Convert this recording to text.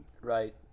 Right